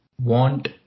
want